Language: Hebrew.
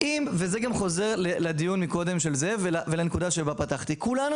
- זה גם חוזר לדיון מקודם ולנקודה שבה פתחתי כולנו